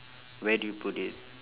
where do you put it